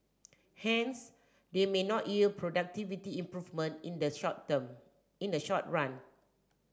hence they may not yield productivity improvement in the short term in the short run